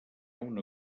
una